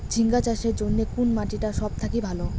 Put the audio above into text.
ঝিঙ্গা চাষের জইন্যে কুন মাটি টা সব থাকি ভালো?